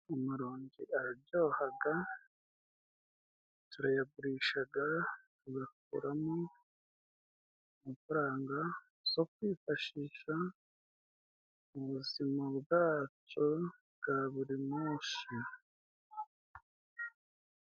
Amarongi araryohaga，turayagurishaga， tugakuramo amafaranga zo kwifashisha ubuzima bwacyu bwa buri munsi.